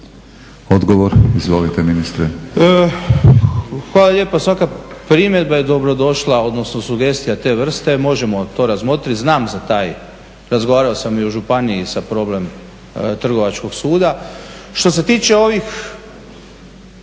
Odgovor, izvolite ministre. **Miljenić, Orsat** Hvala lijepo. Svaka primjedba je dobro došla, odnosno sugestija te vrste. Možemo to razmotriti, znam za taj, razgovarao sam i u županiji za problem Trgovačkog suda. Što se tiče ovih